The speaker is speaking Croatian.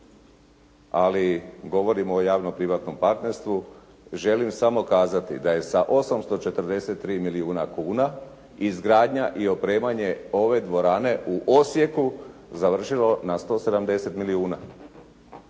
ali govorim o javno-privatnom partnerstvu. Želim samo kazati da je sa 843 milijuna kuna izgradnja i opremanje ove dvorane u Osijeku završilo na 170 milijuna.